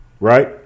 right